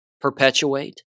perpetuate